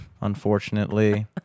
unfortunately